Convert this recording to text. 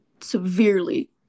severely